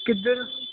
ਕਿੱਧਰ